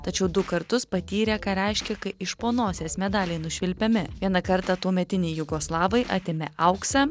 tačiau du kartus patyrė ką reiškia kai iš po nosies medaliai nušvilpiami vieną kartą tuometiniai jugoslavai atėmė auksą